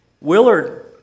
Willard